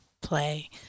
play